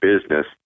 business